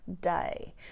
day